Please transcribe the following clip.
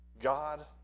God